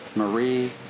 Marie